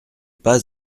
pas